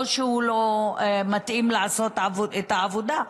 לא שהוא לא מתאים לעשות את העבודה,